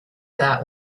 that